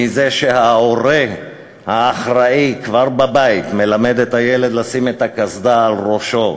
מזה שההורה האחראי כבר בבית מלמד את הילד לשים את הקסדה על ראשו,